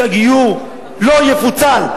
שהגיור לא יפוצל.